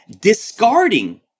discarding